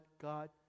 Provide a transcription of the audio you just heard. God